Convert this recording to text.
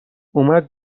اومد